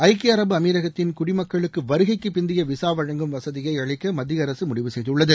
ஐக்கிய அரபு அமிரகத்தின் குடி மக்களுக்கு வருகைக்கு பிந்தைய விஸா வழங்கும் வசதியை அளிக்க மத்திய அரசு முடிவு செய்துள்ளது